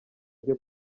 rye